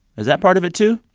is that part of it, too?